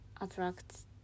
attracts